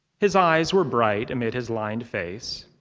his eyes were bright amid his lined face.